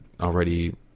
already